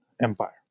Empire